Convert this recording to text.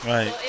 Right